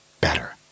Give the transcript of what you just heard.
better